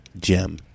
gem